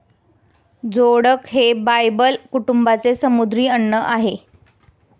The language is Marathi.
जोडक हे बायबल कुटुंबाचे समुद्री अन्न आहे